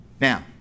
now